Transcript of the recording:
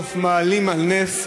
סוף-כל-סוף מעלים על נס,